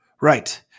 right